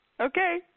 Okay